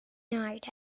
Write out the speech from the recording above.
that